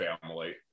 family